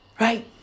Right